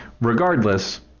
Regardless